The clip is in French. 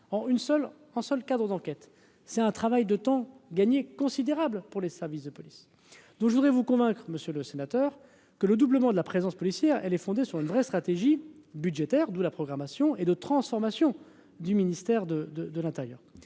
en seul cadeau d'enquête, c'est un travail de temps gagner considérable pour les services de police dont je voudrais vous convaincre monsieur le sénateur que le doublement de la présence policière, elle est fondée sur une vraie stratégie budgétaire de la programmation et de transformation du ministère de de de l'Intérieur,